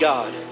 God